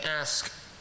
ask